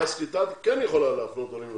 את כן יכולה להפנות אותם.